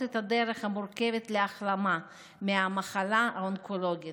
את הדרך המורכבת להחלמה מהמחלה האונקולוגית.